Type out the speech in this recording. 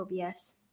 OBS